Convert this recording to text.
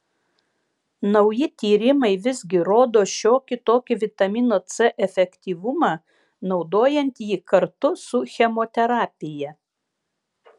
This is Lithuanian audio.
nauji tyrimai visgi rodo šiokį tokį vitamino c efektyvumą naudojant jį kartu su chemoterapija